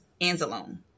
Anzalone